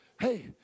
hey